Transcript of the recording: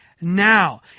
now